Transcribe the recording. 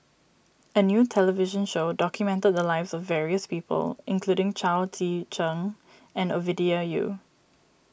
a new television show documented the lives of various people including Chao Tzee Cheng and Ovidia Yu